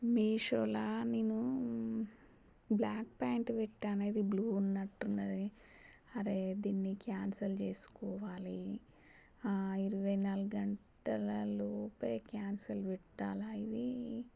మీషోలా నేను black font పెట్టాను ఇది బ్లూ ఉన్నట్టున్నది అరే దీన్ని క్యాన్సల్ చేసుకోవాలి ఇరువై నాలుగు గంటలలోపే క్యాన్సల్ పెట్టాలి ఇది